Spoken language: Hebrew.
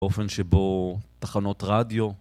באופן שבו תחנות רדיו